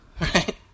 right